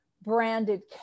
branded